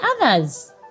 others